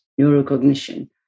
neurocognition